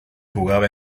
jugaba